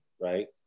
right